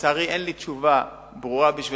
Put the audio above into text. לצערי אין לי תשובה ברורה בשבילך,